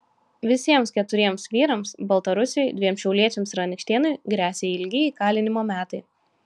visiems keturiems vyrams baltarusiui dviem šiauliečiams ir anykštėnui gresia ilgi įkalinimo metai